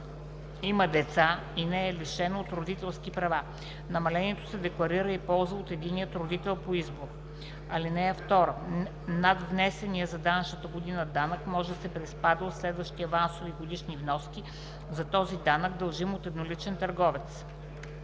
има деца и не е лишено от родителски права. Намалението се декларира и ползва от единия родител по избор. (11) Надвнесеният за данъчната година данък може да се приспада от следващи авансови и годишни вноски за този данък, дължим от едноличен търговец.